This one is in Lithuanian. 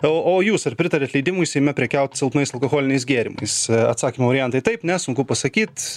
o o jūs ar pritariat leidimui seime prekiaut silpnais alkoholiniais gėrimais atsakymo variantai taip ne sunku pasakyt